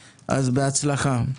בהצלחה.